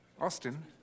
Austin